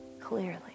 clearly